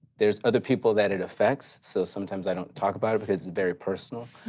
there's other people that it affects. so sometimes i don't talk about it because it's very personal,